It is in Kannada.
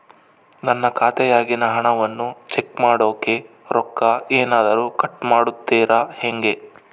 ನನ್ನ ಖಾತೆಯಾಗಿನ ಹಣವನ್ನು ಚೆಕ್ ಮಾಡೋಕೆ ರೊಕ್ಕ ಏನಾದರೂ ಕಟ್ ಮಾಡುತ್ತೇರಾ ಹೆಂಗೆ?